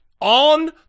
on